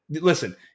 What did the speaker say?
Listen